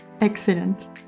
Excellent